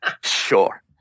sure